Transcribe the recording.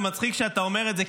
זה מצחיק שאתה אומר את זה,